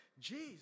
Jesus